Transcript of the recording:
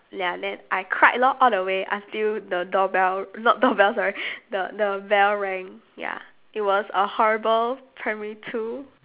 ya then I cried lor all the way until the door bell not door bell sorry the the bell rang ya it was a horrible primary two